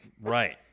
Right